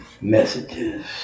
messages